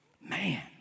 Man